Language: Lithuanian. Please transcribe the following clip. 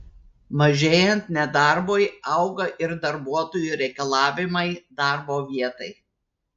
mažėjant nedarbui auga ir darbuotojų reikalavimai darbo vietai